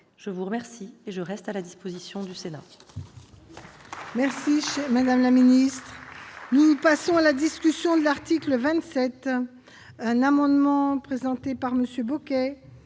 Je vous remercie, et je reste à la disposition du Sénat.